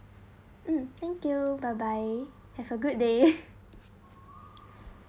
um thank you bye bye have a good day